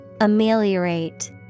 Ameliorate